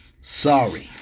Sorry